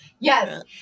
Yes